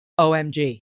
OMG